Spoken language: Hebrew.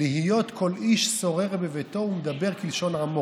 "להיות כל איש שֹׂרר בביתו ומדבר כלשון עמו".